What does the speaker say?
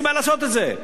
אין סיבה לעשות את זה.